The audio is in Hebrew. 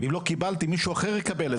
ואם לא קיבלתי מישהו אחר יקבל את זה.